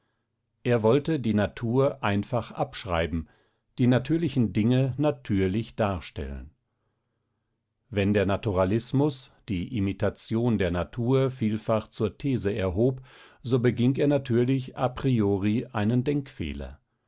er wollte die natur abschreiben die natürlichen dinge natürlich darstellen wenn der naturalismus die imitation der natur vielfach zur these erhob so beging er natürlich a priori einen denkfehler